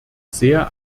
sehr